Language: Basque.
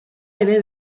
ere